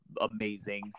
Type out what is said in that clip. amazing